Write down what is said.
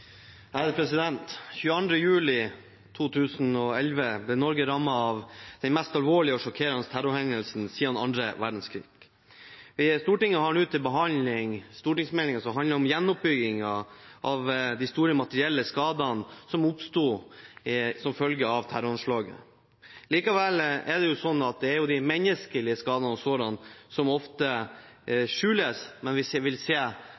juli 2011 ble Norge rammet av den mest alvorlige og sjokkerende terrorhendelsen siden annen verdenskrig. Stortinget har nå til behandling stortingsmeldingen som handler om gjenoppbyggingen etter de store materielle skadene som oppsto som følge av terroranslaget. Likevel er det sånn at det er de menneskelige skadene og sårene som ofte skjules, men vi vil se